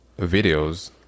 videos